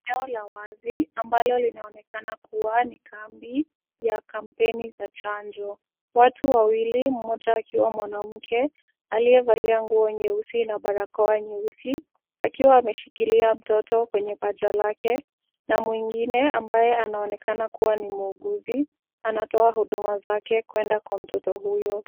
Eneo la wazi ambalo linaonekana kuwa ni kambi ya kampeni za chanjo. Watu wawili mmoja akiwa mwanamke aliyevalia nguo nyeusi na barakoa nyeusi, akiwa ameshikilia mtoto kwenye paja lake na mwingine ambaye anaonekana kuwa ni muuguzi, anatoa huduma zake kwenda kwa mtoto huyo.